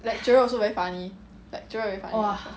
lecturer also very funny lecturer very funny also